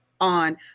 on